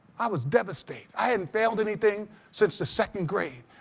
i was devastated. i hadn't failed anything since the second grade.